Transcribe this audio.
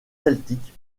celtique